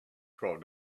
twelve